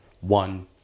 one